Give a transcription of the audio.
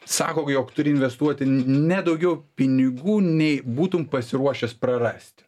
sako jog turi investuoti ne daugiau pinigų nei būtum pasiruošęs prarast